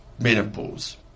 menopause